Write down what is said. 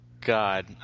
God